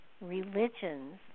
religions